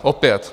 Opět.